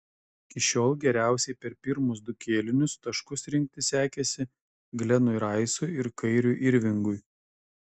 iki šiol geriausiai per pirmus du kėlinius taškus rinkti sekėsi glenui raisui ir kairiui irvingui